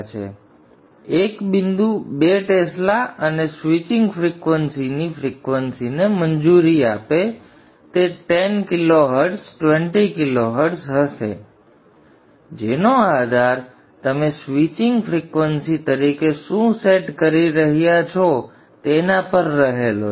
તેથી એક બિંદુ બે ટેસ્લા અને સ્વિચિંગ ફ્રિક્વન્સીની ફ્રિક્વન્સીને મંજૂરી આપો તે 10kHz 20kHz હશે જેનો આધાર તમે સ્વિચિંગ ફ્રિક્વન્સી તરીકે શું સેટ કરી રહ્યા છો તેના પર રહેલો છે